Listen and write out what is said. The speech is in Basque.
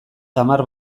samar